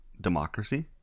democracy